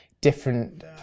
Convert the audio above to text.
different